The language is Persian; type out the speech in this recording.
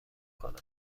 کنم